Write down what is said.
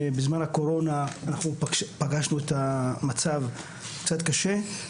בזמן הקורונה אנחנו פגשנו מצב קצת קשה.